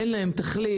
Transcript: אין להם תחליף.